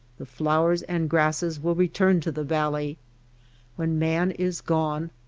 the flowers and grasses will return to the valley when man is gone,